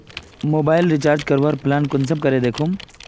Mobile recharge करवार plan कुंसम करे दखुम?